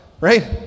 right